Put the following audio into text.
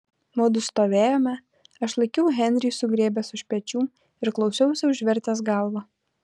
mudu stovėjome aš laikiau henrį sugriebęs už pečių ir klausiausi užvertęs galvą